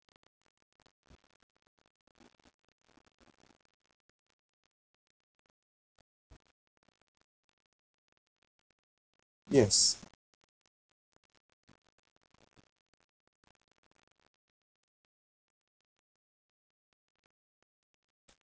yes